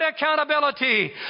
accountability